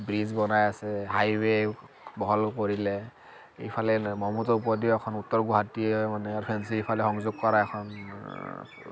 bridge বনাই আছে highway বহল কৰিলে এইফালে ব্ৰহ্মপুত্ৰৰ ওপৰেদিও এখন উত্তৰ গুৱাহাটী মানে ফেঞ্চিৰ ফালে সংযোগ কৰা এখন